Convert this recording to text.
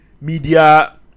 media